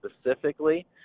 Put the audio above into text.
specifically